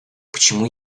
почему